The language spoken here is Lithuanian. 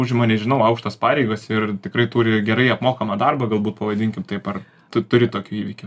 užima nežinau aukštos pareigos ir tikrai turi gerai apmokamą darbą galbūt pavadinkim taip ar tu turi tokių įvykių